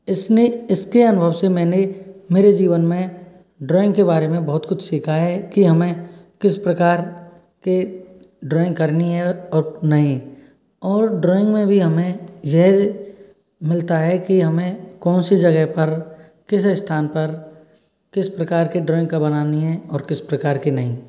इसने इसके अनुभव से मैंने मेरे जीवन में ड्राइंग के बारे में बहुत कुछ सीखा है कि हमें किस प्रकार के ड्राइंग करनी है और नहीं और ड्राइंग में भी हमें ये मिलता है कि हमें कौन सी जगह पर किस स्थान पर किस प्रकार की ड्राइंग का बनानी है और किस प्रकार की नहीं